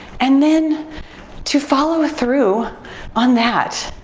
and then to follow through on that.